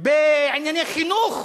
בענייני חינוך?